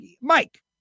Mike